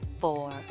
four